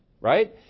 right